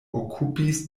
okupis